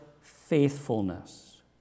faithfulness